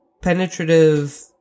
penetrative